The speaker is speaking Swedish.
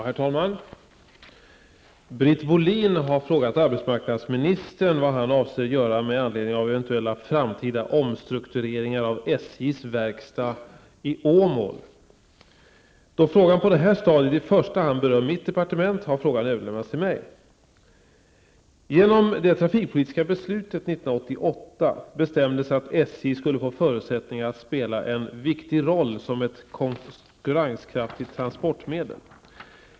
Herr talman! Britt Bohlin har frågat arbetsmarknadsministern vad han avser göra med anledning av eventuella framtida omstruktureringar av SJs verkstad i Åmål. Då frågan på det här stadiet i första hand berör mitt departement har frågan överlämnats till mig. bestämdes att SJ skulle få förutsättningar att spela en viktig roll som ett konkurrenskraftigt transportmedel.